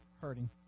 hurting